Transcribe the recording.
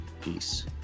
peace